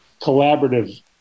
collaborative